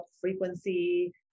frequency